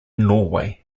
norway